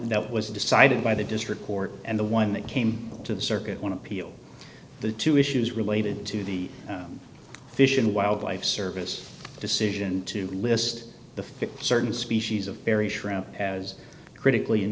that was decided by the district court and the one that came to the circuit want to appeal the two issues related to the fish and wildlife service decision to list the th certain species of barry shrimp as critically